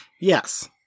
Yes